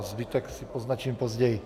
Zbytek si poznačím později.